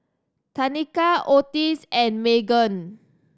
Tanika Otis and Meghann